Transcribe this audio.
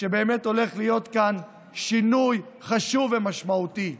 שבאמת הולך להיות כאן שינוי חשוב ומשמעותי.